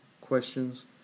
questions